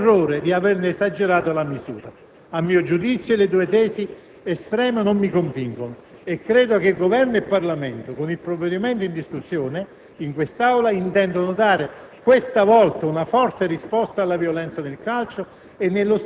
piccoli ed innocui episodi di estremismo con il solo errore di averne esagerato la misura. A mio giudizio, le due tesi estreme non sono convincenti e credo che Governo e Parlamento, con il provvedimento in discussione in quest'Aula, intendono dare